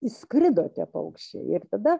įskrido tie paukščiai ir tada